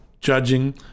judging